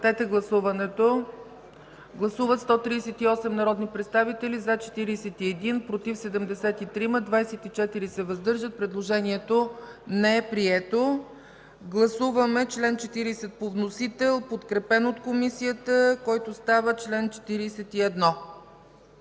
от Комисията. Гласували 138 народни представители: за 41, против 73, въздържали се 24. Предложението не е прието. Гласуваме чл. 40 по вносител, подкрепен от Комисията, който става чл. 41.